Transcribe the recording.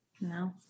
no